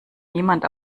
niemand